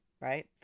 right